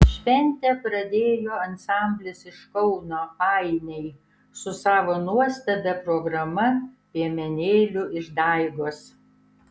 šventę pradėjo ansamblis iš kauno ainiai su savo nuostabia programa piemenėlių išdaigos